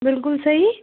بِلکُل صحیح